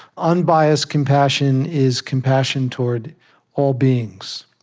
unbiased compassion is compassion toward all beings.